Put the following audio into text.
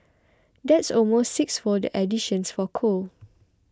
that's almost sixfold the additions for coal